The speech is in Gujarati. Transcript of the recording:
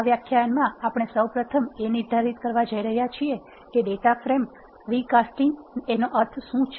આ વ્યાખ્યાનમાં આપણે સૌ પ્રથમ એ નિર્ધારિત કરવા જઈ રહ્યા છીએ કે ડેટા ફ્રેમ રિકાસ્ટીંગ નો અર્થ શું છે